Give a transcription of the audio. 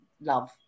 love